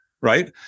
right